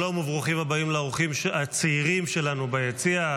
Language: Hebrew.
שלום וברוכים הבאים לאורחים הצעירים שלנו ביציע,